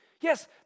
Yes